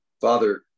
Father